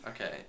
Okay